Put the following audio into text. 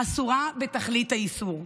אסורה בתכלית האיסור.